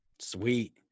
Sweet